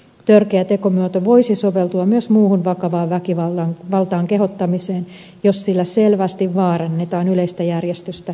törkeä tekomuoto voisi soveltua myös muuhun vakavaan väkivaltaan kehottamiseen jos sillä selvästi vaarannetaan yleistä järjestystä ja turvallisuutta